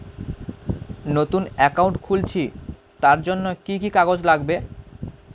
নতুন অ্যাকাউন্ট খুলছি তার জন্য কি কি কাগজ লাগবে?